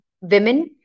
women